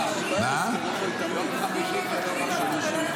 יום חמישי זה לא מחר.